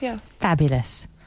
Fabulous